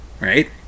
right